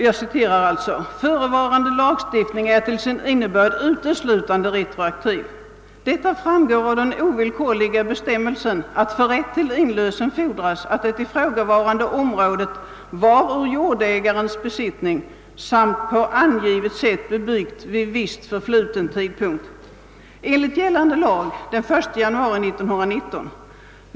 Det heter i uttalandet: »Förevarande lagstiftning är till sin innebörd uteslutande retroaktiv; detta framgår av den ovillkorliga bestämmelsen att för rätt till inlösen fordras, att det ifrågavarande området var ur jordägarens besittning samt på angivet sätt bebyggt vid viss förfluten tidpunkt, enligt gällande lag den 1 januari 1919.